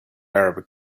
arabic